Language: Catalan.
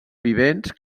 vivents